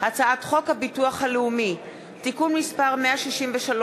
הצעת חוק הביטוח הלאומי (תיקון מס' 16),